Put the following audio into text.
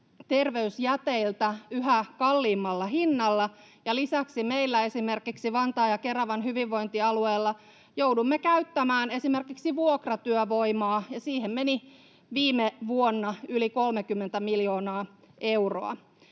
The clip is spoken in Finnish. terveysjäteiltä yhä kalliimmalla hinnalla. Lisäksi esimerkiksi Vantaan ja Keravan hyvinvointialueella joudumme käyttämään esimerkiksi vuokratyövoimaa, ja siihen meni viime vuonna yli 30 miljoonaa euroa.